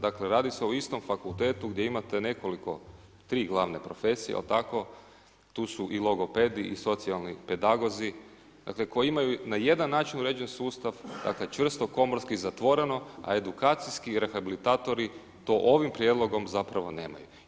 Dakle, radi se o istom fakultetu gdje imate nekoliko tri glavne profesije, jel tako, tu su i logopedi i socijalni pedagozi, dakle, koji imaju na jedan način uređen sustav, dakle, čvrsto komorski zatvoreno, a edukacijski rehabilitatori, to ovim prijedlogom zapravo nemaju.